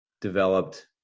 developed